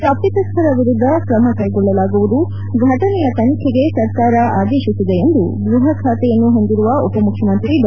ತಪ್ಪತಸ್ವರ ವಿರುದ್ದ ಕ್ಷೆಗೊಳ್ಳಲಾಗುವುದು ಘಟನೆಯ ತನಿಖೆಗೆ ಸರ್ಕಾರ ಆದೇತಿಸಲಿದೆ ಎಂದು ಗೃಪ ಖಾತೆಯನ್ನೂ ಹೊಂದಿರುವ ಉಪಮುಖ್ಯಮಂತ್ರಿ ಡಾ